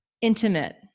intimate